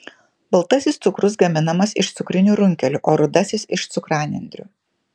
baltasis cukrus gaminamas iš cukrinių runkelių o rudasis iš cukranendrių